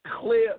clear